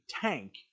tank